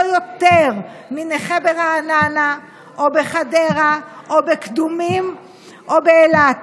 יותר מנכה ברעננה או בחדרה או בקדומים או באילת.